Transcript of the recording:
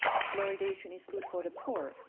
fluoridation is good for the poor.